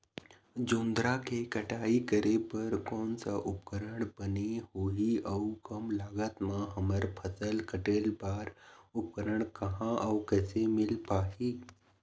जोंधरा के कटाई करें बर कोन सा उपकरण बने होही अऊ कम लागत मा हमर फसल कटेल बार उपकरण कहा अउ कैसे मील पाही?